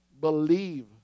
believe